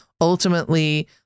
Ultimately